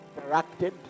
interacted